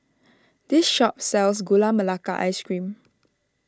this shop sells Gula Melaka Ice Cream